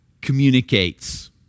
communicates